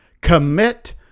commit